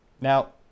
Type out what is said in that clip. Now